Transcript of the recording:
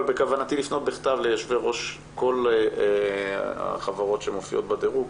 בכוונתי לפנות בכתב ליושבי-ראש כל החברות שמופיעות בדירוג,